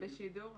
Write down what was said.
שלום לכולם,